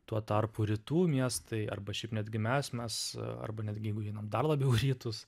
tuo tarpu rytų miestai arba šiaip netgi mes mes arba netgi jeigu einam dar labiau į rytus